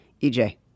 EJ